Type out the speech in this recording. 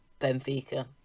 Benfica